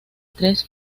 tres